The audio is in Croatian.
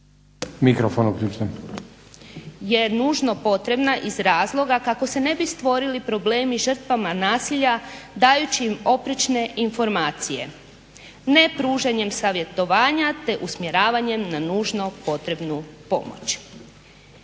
Dunja (SDP)** Je nužno potrebna iz razloga kako se ne bi stvorili problemi žrtvama nasilja dajući im oprečne informacije, nepružanjem savjetovanja te usmjeravanjem na nužno potrebnu pomoć.